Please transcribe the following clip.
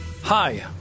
Hi